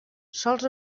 sols